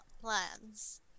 plans